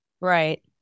Right